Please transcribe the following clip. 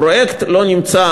הפרויקט לא נמצא,